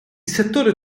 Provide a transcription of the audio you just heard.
settore